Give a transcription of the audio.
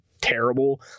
terrible